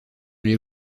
les